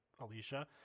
Alicia